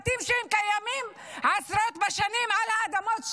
בתים שקיימים עשרות בשנים על האדמות שלהם.